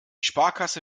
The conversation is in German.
sparkasse